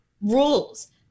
Rules